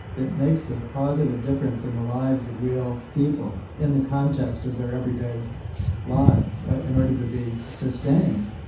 that makes a positive difference in the lives of real people in the context of their everyday lives in order to be sustained.